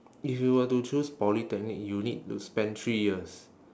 if you were to choose polytechnic you need to spend three years